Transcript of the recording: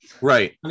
Right